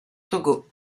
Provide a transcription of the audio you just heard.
togo